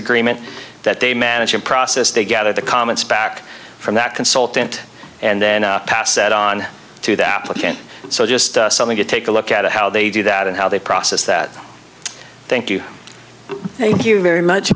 agreement that they manage a process they get at the comments back from that consultant and then pass that on to the applicant so just something to take a look at how they do that and how they process that thank you thank you very much